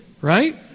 right